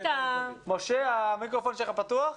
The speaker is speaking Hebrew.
משה, המיקרופון שלך פתוח?